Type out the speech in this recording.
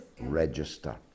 register